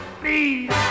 Please